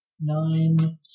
Nine